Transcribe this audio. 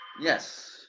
Yes